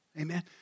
Amen